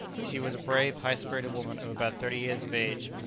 she was a brave, high-spirited woman of about thirty years of age,